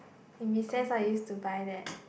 in recess I used to buy that